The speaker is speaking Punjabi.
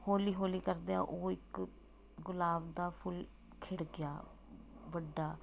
ਹੌਲੀ ਹੌਲੀ ਕਰਦਿਆਂ ਉਹ ਇੱਕ ਗੁਲਾਬ ਦਾ ਫੁੱਲ ਖਿੜ ਗਿਆ ਵੱਡਾ